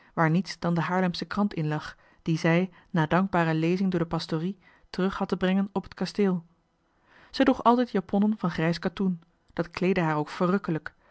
waar niets dan de haarlemsche krant in lag die zij na dankbare lezing door de pastorie terug had te brengen op het kasteel zij droeg altijd japonnen van grijs katoen dat kleedde haar ook verrukkelijk